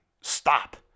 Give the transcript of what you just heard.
stop